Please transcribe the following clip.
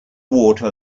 water